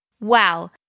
Wow